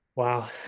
Wow